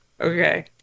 Okay